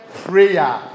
prayer